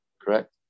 Correct